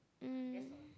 um